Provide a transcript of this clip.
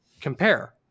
compare